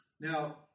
Now